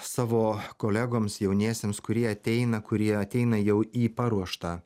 savo kolegoms jauniesiems kurie ateina kurie ateina jau į paruoštą